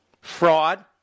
fraud